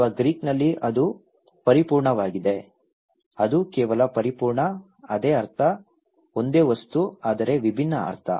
ಅಥವಾ ಗ್ರೀಸ್ನಲ್ಲಿ ಅದು ಪರಿಪೂರ್ಣವಾಗಿದೆ ಅದು ಕೇವಲ ಪರಿಪೂರ್ಣ ಅದೇ ಅರ್ಥ ಒಂದೇ ವಸ್ತು ಆದರೆ ವಿಭಿನ್ನ ಅರ್ಥ